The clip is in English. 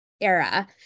era